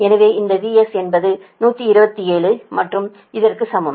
எனவே இந்த VS என்பது 127 மற்றும் இதற்கு சமம்